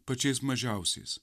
pačiais mažiausiais